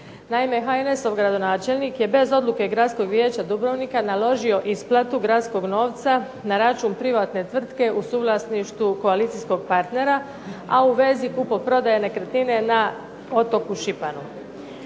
Naime, HNS-ov načelnik je bez odluke Gradskog vijeća Dubrovnika naložio isplatu gradskog novca na račun privatne tvrtke u suvlasništvu koalicijskog partnera a u vezi kupoprodaje nekretnine na otoku Šipanu.